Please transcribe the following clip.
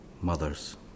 mothers